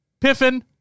Piffin